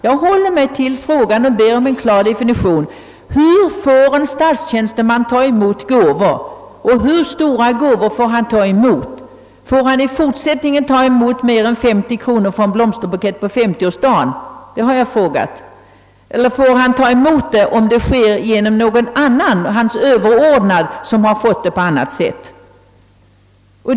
Jag har hållit mig till frågan och bett om en klar definition: Hur får en statstjänsteman ta emot gåvor? Hur stora gåvor får han ta emot? Får han i fortsättningen ta emot mer än en blomsterbukett för 50 kronor på sin 50-årsdag? Eller får han ta emot en gåva från sin överordnade som denne har fått från privat håll?